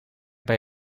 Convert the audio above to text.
bij